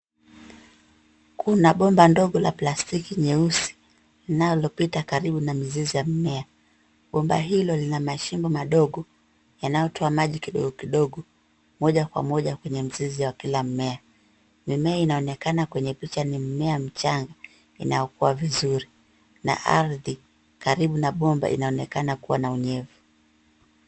Kuna bomba ndogo la plastiki nyeusi, linalopita karibu na mizizi ya mimea. Bomba hilo lina mashimo madogo, yanayotoa maji kidogo kidogo moja kwa moja kwenye mizizi ya kila mmea. Mimea inaonekana kwenye picha ni mimea michanga inayokuwa vizuri, na ardhi karibu na bomba inaonekana kuwa na unyevu.